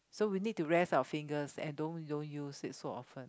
so we need to rest our fingers and don't don't use it so often